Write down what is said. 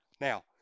Now